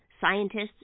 scientists